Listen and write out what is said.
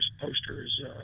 posters